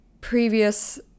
previous